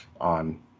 on